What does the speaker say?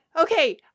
Okay